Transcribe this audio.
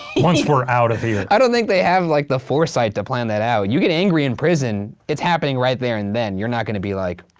once we're out of here. i don't think they have like the foresight to plan that out. and you get angry in prison, it's happening right there and then. you're not gonna be like,